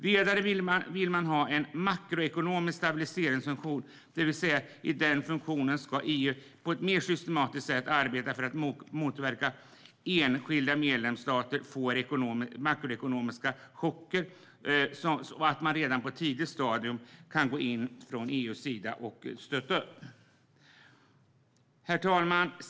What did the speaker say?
Vidare vill man ha en makroekonomisk stabiliseringsfunktion, det vill säga att EU ska arbeta på ett mer systematiskt sätt för att motverka makroekonomiska chocker i enskilda medlemsstater och på ett tidigt stadium gå in och stötta upp. Herr talman!